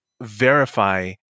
verify